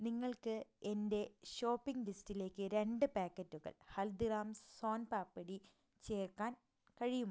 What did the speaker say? നിങ്ങൾക്ക് എന്റെ ഷോപ്പിംഗ് ലിസ്റ്റിലേക്ക് രണ്ട് പാക്കറ്റുകൾ ഹൽദിറാംസ് സോൻ പാപ്ഡി ചേർക്കാൻ കഴിയുമോ